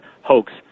hoax